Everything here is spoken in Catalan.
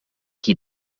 qui